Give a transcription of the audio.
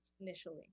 initially